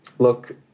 Look